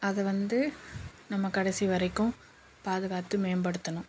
அது வந்து நம்ம கடைசி வரைக்கும் பாதுகாத்து மேம்படுத்தணும்